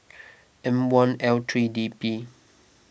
M one L three D P